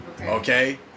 Okay